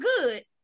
good